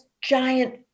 giant